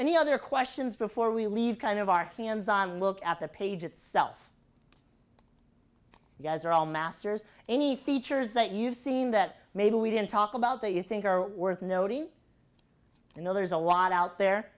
any other questions before we leave kind of our hands on look at the page itself you guys are all masters any features that you've seen that maybe we didn't talk about that you think are worth noting and there's a lot out there